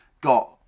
got